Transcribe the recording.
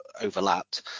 overlapped